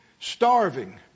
starving